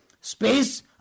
space